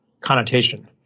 connotation